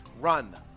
Run